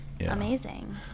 Amazing